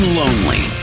lonely